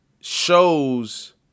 shows